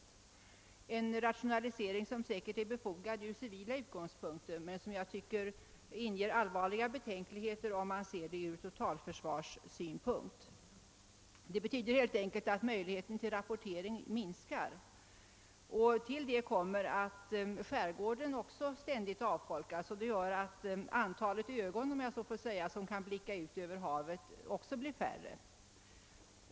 Det är en rationalisering som säkerligen är befogad från civila utgångspunkter men som jag tycker inger allvarliga betänkligheter om man ser saken ur totalförsvarssynpunkt. Den betyder helt enkelt att möjligheten till rapportering minskar. Härtill kommer att skärgården successivt avfolkas, vilket gör att antalet ögon — om jag så får säga — som kan blicka ut över havet också minskar.